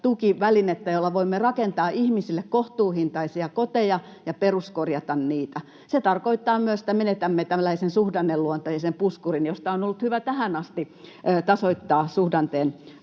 jolla voimme rakentaa ihmisille kohtuuhintaisia koteja ja peruskorjata niitä. Se tarkoittaa myös, että menetämme tällaisen suhdanneluonteisen puskurin, josta on ollut hyvä tähän asti tasoittaa suhdanteen